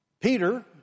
Peter